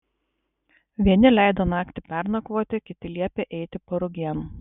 vieni leido naktį pernakvoti kiti liepė eiti parugėn